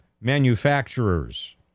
manufacturers